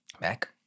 Back